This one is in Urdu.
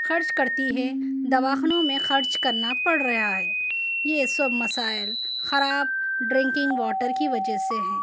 خرچ کرتی ہے دوا خانوں میں خرچ کرنا پڑ رہا ہے یہ سب مسائل خراب ڈرنکنگ واٹر کی وجہ سے ہیں